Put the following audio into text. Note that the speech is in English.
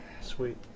Sweet